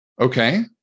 Okay